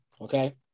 okay